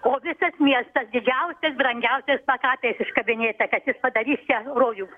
o visas miestas didžiausiais brangiausiais plakatais iškabinėta kad jis padarys čia rojų